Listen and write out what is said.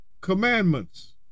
commandments